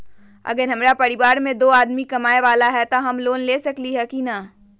अगर हमरा परिवार में दो आदमी कमाये वाला है त हम लोन ले सकेली की न?